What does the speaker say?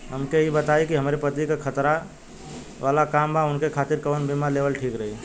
हमके ई बताईं कि हमरे पति क खतरा वाला काम बा ऊनके खातिर कवन बीमा लेवल ठीक रही?